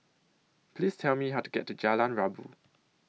Please Tell Me How to get to Jalan Rabu